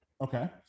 Okay